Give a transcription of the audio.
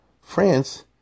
France